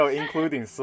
including